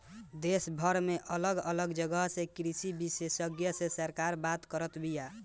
देशभर में अलग अलग जगह के कृषि विशेषग्य से सरकार बात करत बिया